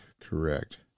Correct